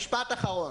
משפט אחרון.